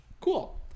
cool